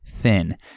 thin